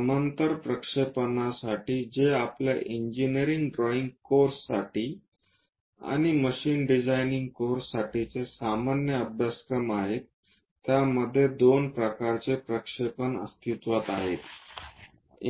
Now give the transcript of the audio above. समांतर प्रक्षेपणसाठी जे आपल्या इंजिनीअरिंग ड्राइंग कोर्ससाठी आणि मशीन डिझाइनिंग कोर्ससाठीचे सामान्य अभ्यासक्रम आहेत ज्यामध्ये दोन प्रकारचे प्रक्षेपण अस्तित्त्वात आहेत